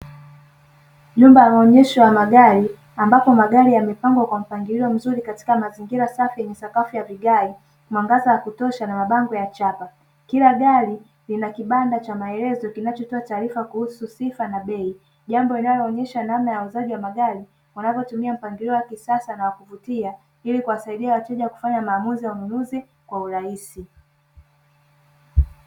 Jumba la maonyesho ya magari ambapo magari yamepangwa kwa mpangilio mzuri katika mazingira safi yenye sakafu ya vigae, mwangaza wa kutosha na mabango ya chapa. Kila gari lina kibanda cha maelezo kinachotoa taarifa kuhusu sifa na bei. Jambo liinaloonyesha namna ya uuzaji wa magari wanavyotumia mpangilio ya kisasa na wa kuvutia ili kuwasaidia wateja kufanya maamuzi ya ununuzi kwa urahisi.